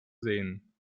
sehen